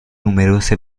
numerose